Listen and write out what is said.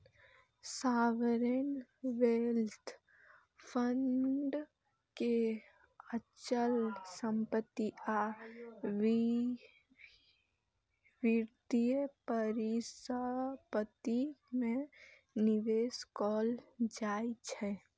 sovereign wealth fund के अचल संपत्ति आ वित्तीय परिसंपत्ति मे निवेश कैल जाइ छै